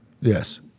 Yes